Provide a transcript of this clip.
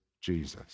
Jesus